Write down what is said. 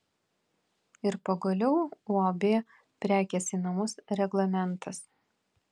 ir pagaliau uab prekės į namus reglamentas